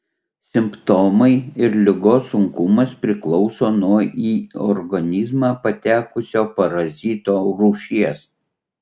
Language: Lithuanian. simptomai ir ligos sunkumas priklauso nuo į organizmą patekusio parazito rūšies